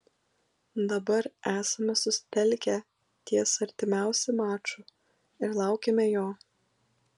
dabar esame susitelkę ties artimiausi maču ir laukiame jo